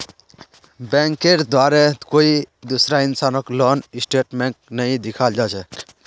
बैंकेर द्वारे कोई दूसरा इंसानक लोन स्टेटमेन्टक नइ दिखाल जा छेक